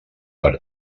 per